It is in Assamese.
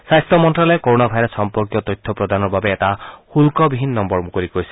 স্বাস্থ্য মন্ত্যালয়ে কৰণা ভাইৰাছ সম্পৰ্কীয় তথ্য প্ৰদানৰ বাবে এটা শুক্লবিহীন নম্বৰ মুকলি কৰিছে